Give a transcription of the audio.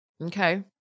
Okay